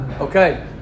Okay